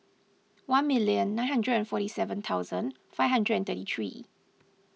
one million nine hundred and forty seven thousand five hundred and thirty three